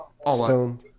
Stone